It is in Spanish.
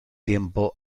tiempo